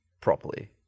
properly